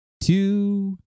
two